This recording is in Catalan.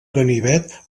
ganivet